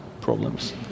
problems